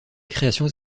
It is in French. créations